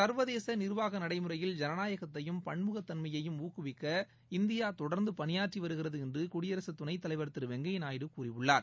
சர்வதேச நிர்வாக நடைமுறையில் ஜனநாயகத்தையும் பன்முகத் தன்மையையும் ஊக்குவிக்க இந்தியா தொடர்ந்து பணியாற்றி வருகிறது என்று குடியரசு துணைத் தலைவர் திரு வெங்கைய நாயுடு கூறியுள்ளார்